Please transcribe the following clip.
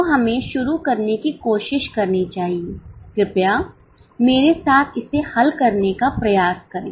तो हमें शुरू करने की कोशिश करनी चाहिए कृपया मेरे साथ इसे हल करने का प्रयास करें